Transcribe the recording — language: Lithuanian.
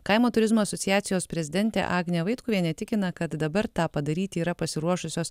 kaimo turizmo asociacijos prezidentė agnė vaitkuvienė tikina kad dabar tą padaryti yra pasiruošusios